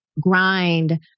grind